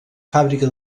fàbrica